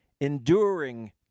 enduring